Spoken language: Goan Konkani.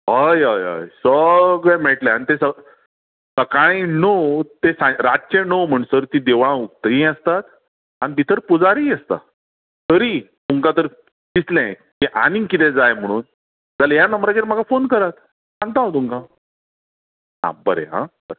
हय हय हय हय सगळें मेळटलें आनी ते सगळें सकाळीं णव ते सां रातचें णव म्हणसर तीं देवळां उक्तींय आसतात आनी भितर पुजारीय आसता तरीय तुमकां तर दिसलें की आनीक कितें जाय म्हणून जाल्यार ह्या नंबराचेर म्हाका फोन करात सांगता हांव तुमका हां बरें हां बरें